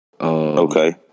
Okay